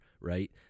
right